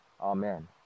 Amen